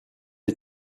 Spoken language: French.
les